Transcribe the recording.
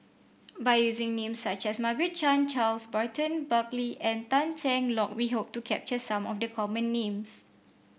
by using names such as Margaret Chan Charles Burton Buckley and Tan Cheng Lock we hope to capture some of the common names